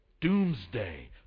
Doomsday